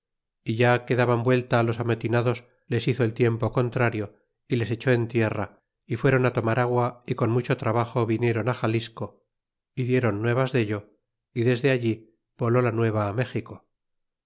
é ya que daban vuelta los amotinados les hizo el tiempo contrario y les echó en tierra y fueron tomar agua y con mucho trabajo viniéron xalisco y dieron nuevas dello y desde allí voló la nueva méxico